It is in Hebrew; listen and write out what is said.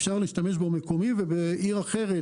אפשר להשתמש בו מקומית, ובעיר אחרת